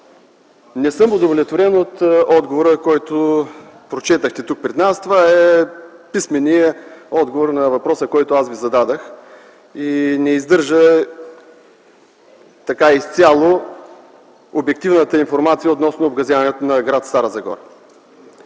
не съм удовлетворен от отговора, който прочетохте тук пред нас. Това е писменият отговор на въпроса, който аз Ви зададох, и не съдържа изцяло обективната информация относно обгазяването на гр. Стара Загора.